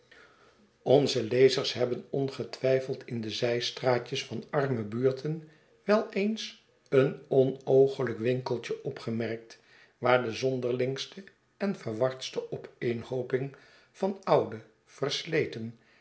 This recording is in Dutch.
onze lezers hebben ongetwijfeld in de zljstraatjes van armen buurten wel eens een onoogelijk winkeltje opgemerkt waar de zonderlingste en verwardste opeenhooping van oude versleten